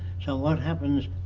so what happens?